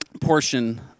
portion